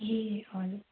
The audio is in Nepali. ए हजुर